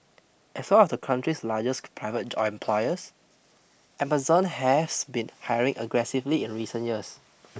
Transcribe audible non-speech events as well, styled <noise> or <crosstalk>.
as one of the country's largest private <unintelligible> employers <noise> Amazon has been hiring aggressively in recent years